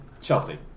Chelsea